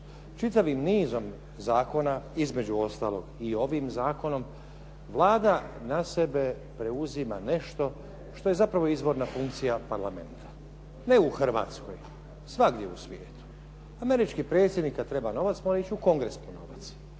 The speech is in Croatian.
Čitavim nizom zakona, između ostalog i ovim zakonom Vlada na sebe preuzima nešto što je zapravo izvorna funkcija Parlamenta, ne u Hrvatskoj, svagdje u svijetu. Američki predsjednik kad treba novac mora ići u Kongres po novac.